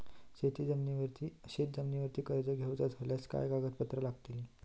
शेत जमिनीवर कर्ज घेऊचा झाल्यास काय कागदपत्र लागतली?